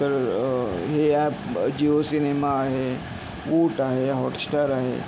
तर हे app Jio cinema आहे व्हूट आहे हॉटस्टार आहे